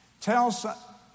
Tell